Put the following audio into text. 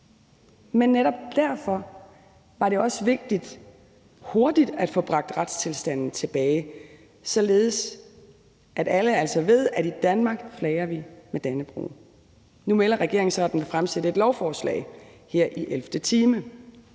og netop derforvar det også vigtigt hurtigt at få bragt retstilstanden tilbage, således at alle altså ved, at i Danmark flager vi med Dannebrog. Nu melder regeringen så, at den vil fremsætte et lovforslag her i ellevte time.